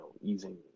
using